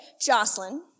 Jocelyn